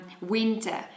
winter